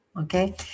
Okay